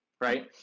right